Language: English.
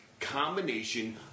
combination